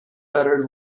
better